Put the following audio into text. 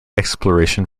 exploration